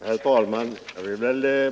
Herr talman!